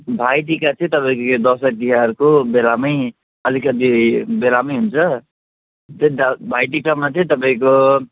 भाइटिका चाहिँ तपाईँको यो दसैँ तिहारको बेलामै अलिकति बेलामै हुन्छ त्यही भा भाइटिकामा चाहिँ तपाईँको